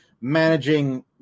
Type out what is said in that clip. managing